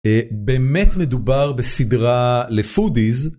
באמת מדובר בסדרה לפודיז.